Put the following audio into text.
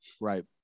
Right